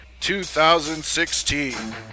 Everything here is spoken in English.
2016